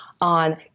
on